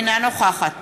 אינה נוכחת